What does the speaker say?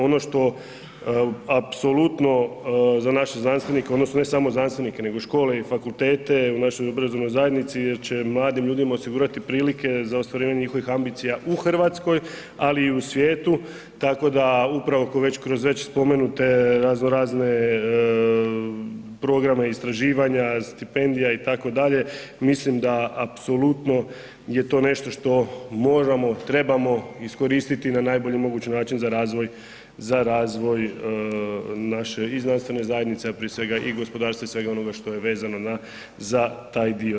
Ono što apsolutno za naše znanstvenike odnosno ne samo znanstvenike, nego i škole i fakultete, u našoj obrazovnoj zajednici jer će mladim ljudima osigurati prilike za ostvarivanje njihovih ambicija u RH, ali i u svijetu, tako da upravo koji već kroz već spomenute razno razne programe istraživanja, stipendija itd., mislim da apsolutno je to nešto što moramo, trebamo iskoristiti na najbolji način za razvoj naše i znanstvene zajednice, a prije svega i gospodarstva i svega onoga što je vezano na, za taj dio.